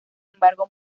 embargo